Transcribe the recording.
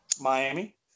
Miami